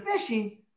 fishing